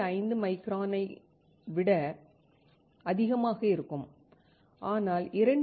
5 மைக்ரானை விட அதிகமாக இருக்கும் ஆனால் 2